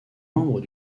membres